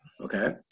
Okay